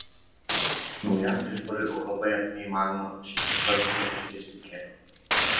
naujam išpuoliui europoje neįmanoma šimtu procentų užkirsti kelio